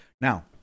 Now